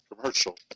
commercial